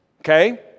Okay